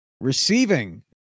receiving